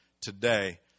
today